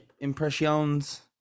impressions